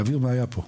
להבהיר מה היה פה.